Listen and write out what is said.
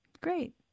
Great